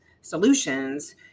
solutions